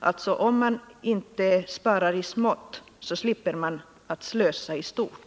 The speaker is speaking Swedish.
Om man låter bli att spara i smått, slipper man att slösa i stort.